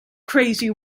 crazy